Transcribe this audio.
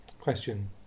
Question